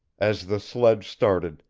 as the sledge started,